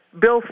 Bill